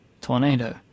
tornado